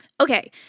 Okay